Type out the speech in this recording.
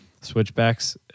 Switchbacks